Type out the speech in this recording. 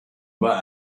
war